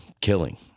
killing